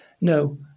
No